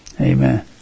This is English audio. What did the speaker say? Amen